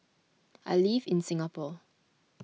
I live in Singapore